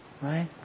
Right